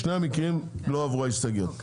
בשני המקרים לא עברו ההסתייגויות.